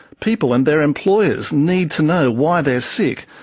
people and their employers need to know why they're sick,